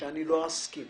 שלא אסכים